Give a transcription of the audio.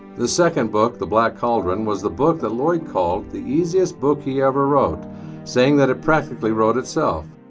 the second book, the black cauldron was the book that lloyd called the easiest book he ever wrote saying that it practically wrote itself.